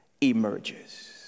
emerges